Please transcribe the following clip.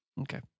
Okay